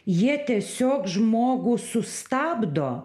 jie tiesiog žmogų sustabdo